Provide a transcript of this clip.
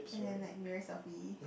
and then like mirror selfie